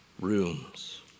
rooms